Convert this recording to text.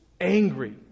angry